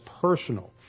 personal